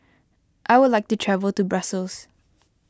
I would like to travel to Brussels